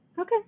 Okay